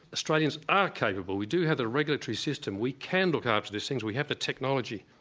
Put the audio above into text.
australians are capable, we do have the regulatory system, we can look after these things, we have the technology.